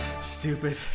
stupid